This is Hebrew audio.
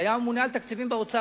שהיה ממונה על התקציבים באוצר,